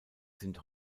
sind